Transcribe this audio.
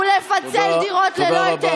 ולפצל דירות ללא היתר.